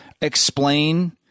explain